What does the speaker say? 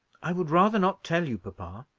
i would rather not tell you, papa.